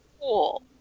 cool